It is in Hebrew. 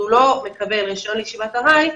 והוא לא מקבל רישיון לישיבת ארעי,